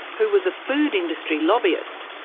who was a food industry lobbyist.